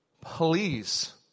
please